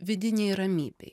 vidinei ramybei